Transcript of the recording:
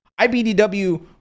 IBDW